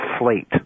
inflate